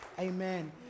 Amen